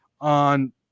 on